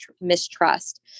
mistrust